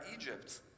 Egypt